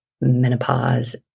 menopause